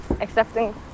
accepting